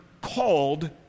called